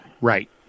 Right